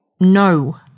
No